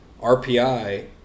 RPI